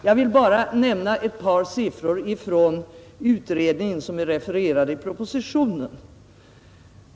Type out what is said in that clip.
Jag vill bara nämna ett par siffror från utredningen som refereras i propositionen.